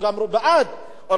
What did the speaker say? הולכים להקדים את הבחירות.